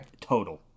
Total